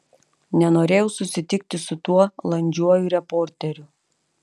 nenorėjau susitikti su tuo landžiuoju reporteriu